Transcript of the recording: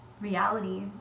reality